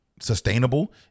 sustainable